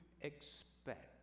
expect